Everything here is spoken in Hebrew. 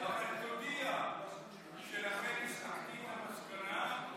אבל תודיע שלכן הגעתי למסקנה,